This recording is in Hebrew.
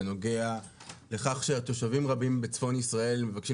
בנוגע לכך שתושבים רבים בצפון ישראל מבקשים